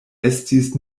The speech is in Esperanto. estis